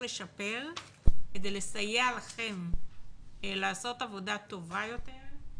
לשפר כדי לסייע לכם לעשות עבודה טובה יותר,